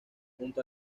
junto